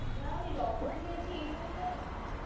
না আমি রক্ত দিতে চাইছি এই জন্য